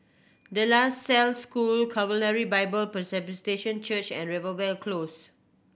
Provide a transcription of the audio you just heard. De La Salle School Calvary Bible Presbyterian Church and Rivervale Close